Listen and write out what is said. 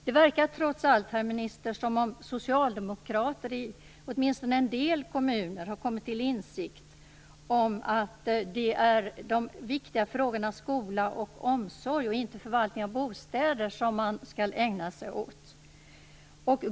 Det verkar trots allt, herr minister, som om socialdemokrater i åtminstone en del kommuner har kommit till insikt om att det är de viktiga frågorna skola och omsorg och inte förvaltning av bostäder som man skall ägna sig åt.